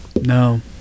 No